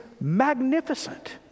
magnificent